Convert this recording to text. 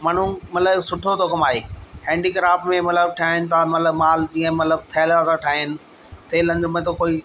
माण्हूं मतिलबु सुठो थो कमाए हैंडी क्राफ्ट में मतिलबु ठहनि था मतिलबु माल जीअं मतिलबु थैला था ठाहीनि थेलनि में त कोई